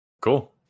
Cool